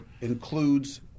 includes